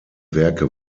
werke